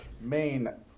main